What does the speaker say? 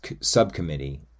Subcommittee